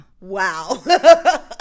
Wow